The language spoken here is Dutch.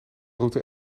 route